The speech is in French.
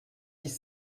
dix